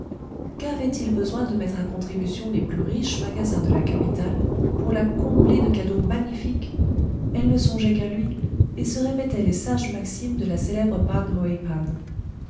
qu'avait-il besoin de mettre à contribution les plus riches magasins de la capitale pour la combler de cadeaux magnifiques elle ne songeait qu'à lui et se répétait les sages maximes de la célèbre